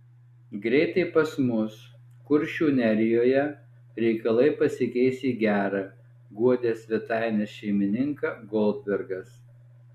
greitai pas mus kuršių nerijoje reikalai pasikeis į gera guodė svetainės šeimininką goldbergas